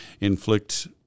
inflict